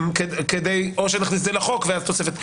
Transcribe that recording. או שנכניס לחוק ואז תוספת.